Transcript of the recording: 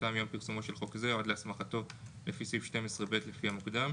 שנתיים מיום פרסומו של חוק זה או עד להסמכתו לפי סעיף 12ב לפי המוקדם.